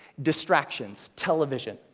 distractions, television,